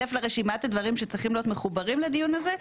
שיתווסף לרשימת הדברים שצריכים להיות מחוברים לדיון הזה,